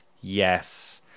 yes